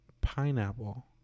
Pineapple